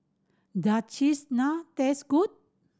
does Cheese Naan taste good